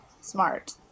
Smart